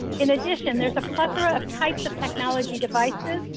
in addition, there's a plethora of types of technology devices,